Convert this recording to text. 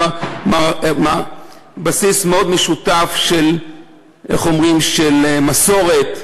בסיס משותף של מסורת.